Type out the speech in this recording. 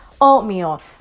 oatmeal